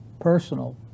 personal